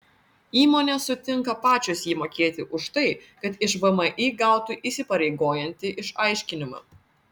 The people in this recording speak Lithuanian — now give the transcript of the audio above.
įmonės sutinka pačios jį mokėti už tai kad iš vmi gautų įpareigojantį išaiškinimą